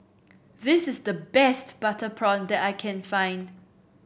this is the best Butter Prawn that I can find